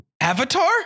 Avatar